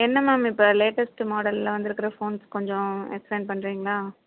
என்ன மேம் இப்போ லேட்டஸ்ட்டு மாடலில் வந்துருக்குற ஃபோன்ஸ் கொஞ்சம் எக்ஸ்ப்ளைன் பண்ணுறீங்களா